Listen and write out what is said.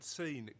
seen